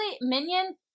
Minion